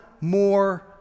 more